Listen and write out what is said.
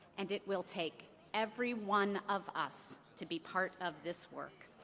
and it will take every one of us to be part of this work.